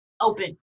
open